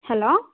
hello